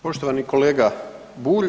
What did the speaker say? Poštovani kolega Bulj.